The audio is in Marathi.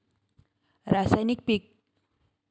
रासायनिक कीटनाशके भारतात आल्यानंतर शेतीत मोठा भाग भजवीत आहे